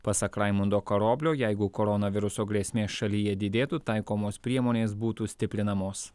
pasak raimundo karoblio jeigu koronaviruso grėsmė šalyje didėtų taikomos priemonės būtų stiprinamos